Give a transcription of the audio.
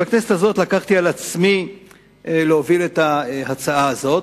בכנסת הזאת לקחתי על עצמי להוביל את ההצעה הזאת,